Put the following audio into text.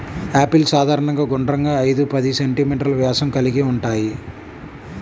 apples సాధారణంగా గుండ్రంగా, ఐదు పది సెం.మీ వ్యాసం కలిగి ఉంటాయి